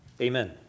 Amen